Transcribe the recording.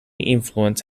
influence